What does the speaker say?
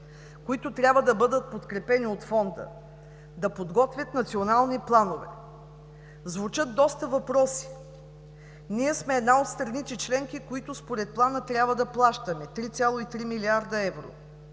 които трябва да бъдат подкрепени от Фонда, да подготвят национални планове. Звучат доста въпроси. Ние сме една от страните членки, които според плана трябва да плащаме 3,3 млрд. евро.